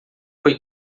foi